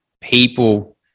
people